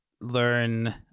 learn